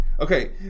Okay